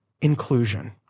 inclusion